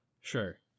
Sure